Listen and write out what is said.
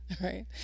right